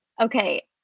Okay